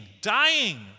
dying